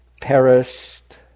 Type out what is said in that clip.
perished